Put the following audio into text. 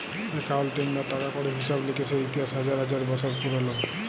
accounting বা টাকা কড়ির হিসেব লিকেসের ইতিহাস হাজার হাজার বসর পুরল